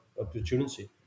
opportunity